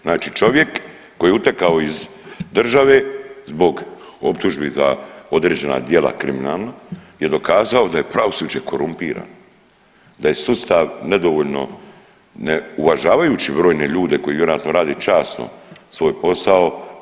Znači čovjek koji je utekao iz države zbog optužbi za određena djela kriminalna je dokazao da je pravosuđe korumpirano, da je sustav nedovoljno ne uvažavajući brojne ljude koji vjerojatno rade časno svoj posao.